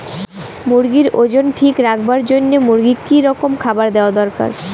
মুরগির ওজন ঠিক রাখবার জইন্যে মূর্গিক কি রকম খাবার দেওয়া দরকার?